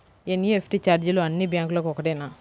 NEFT ఛార్జీలు అన్నీ బ్యాంక్లకూ ఒకటేనా?